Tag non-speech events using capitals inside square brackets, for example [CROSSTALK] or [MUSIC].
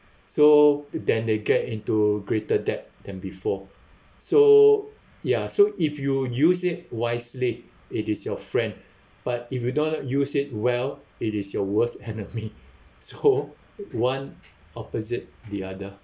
so then they get into greater debt than before so ya so if you use it wisely it is your friend but if you don't use it well it is your [LAUGHS] worst enemy so one opposite the other